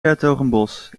hertogenbosch